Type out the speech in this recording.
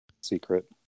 secret